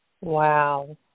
Wow